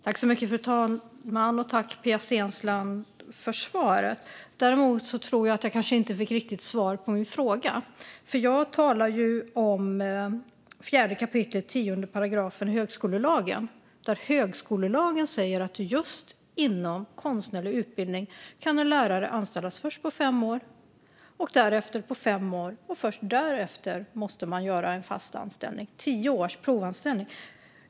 Fru talman! Tack, Pia Steensland, för svaret! Jag tror dock inte att jag riktigt fick svar på min fråga. Jag talar om 4 kap. 10 § högskolelagen, som säger att just inom konstnärlig utbildning kan en lärare först anställas på fem år och därefter på fem år och att man först därefter måste göra en fast anställning. Det blir tio års provanställning.